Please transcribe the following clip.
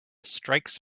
strikes